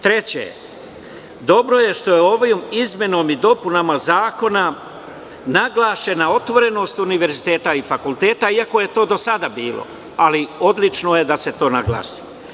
Treće, dobro je što je ovim izmenama i dopunama zakona naglašena otvorenost univerziteta i fakulteta, iako je to do sada bilo, ali odlično je da se to naglasi.